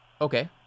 okay